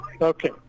Okay